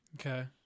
Okay